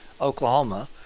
Oklahoma